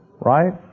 right